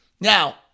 Now